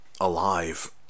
alive